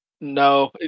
No